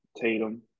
Tatum